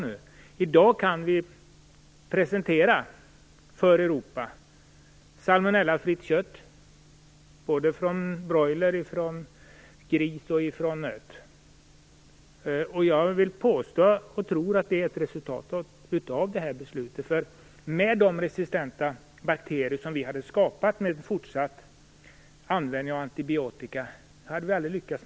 I dag kan vi för Europa presentera salmonellafritt kött från broiler, gris och nöt. Jag tror och vill påstå att det är ett resultat av beslutet. Med de resistenta bakterier som vi hade skapat genom fortsatt användning av antibiotika hade vi aldrig lyckats.